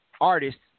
artists